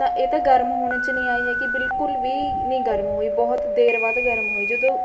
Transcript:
ਤਾਂ ਇਹ ਤਾਂ ਗਰਮ ਹੋਣ 'ਚ ਨਹੀਂ ਆਈ ਹੈਗੀ ਬਿਲਕੁਲ ਵੀ ਨਹੀਂ ਗਰਮ ਹੋਈ ਬਹੁਤ ਦੇਰ ਬਾਅਦ ਗਰਮ ਹੋਈ ਜਦੋਂ